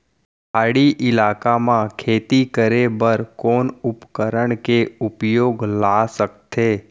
पहाड़ी इलाका म खेती करें बर कोन उपकरण के उपयोग ल सकथे?